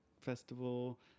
Festival